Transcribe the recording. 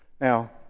now